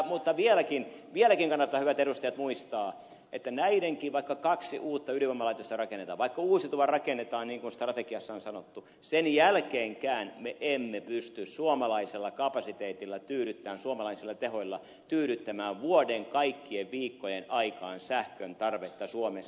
mutta vieläkin kannattaa hyvät edustajat muistaa että näidenkin jälkeen vaikka kaksi uutta ydinvoimalaitosta rakennetaan vaikka uusiutuvaa rakennetaan niin kuin strategiassa on sanottu sen jälkeenkään me emme pysty suomalaisella kapasiteetilla tyydyttämään suomalaisilla tehoilla tyydyttämään vuoden kaikkien viikkojen aikaan sähkön tarvetta suomessa